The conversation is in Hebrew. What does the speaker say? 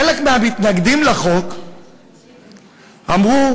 חלק מהמתנגדים לחוק אמרו: